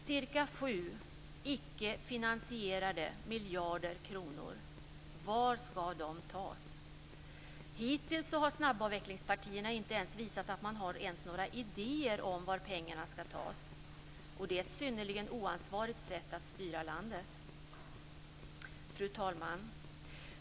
Ca 7 - icke finansierade - miljarder kronor. Var ska de tas? Hittills har snabbavvecklingspartierna inte visat att man ens har några idéer om var pengarna ska tas. Det är ett synnerligen oansvarigt sätt att leda landet. Fru talman!